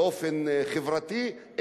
באופן חברתי,